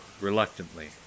reluctantly